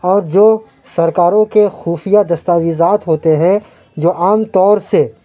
اور جو سرکاروں کے خفیہ دستاویزات ہوتے ہیں جو عام طور سے